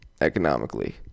economically